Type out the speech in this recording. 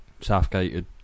Southgate